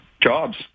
Jobs